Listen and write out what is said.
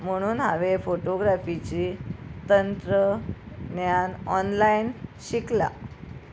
म्हणून हांवें फोटोग्राफीची तंत्रज्ञान ऑनलायन शिकला